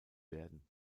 werden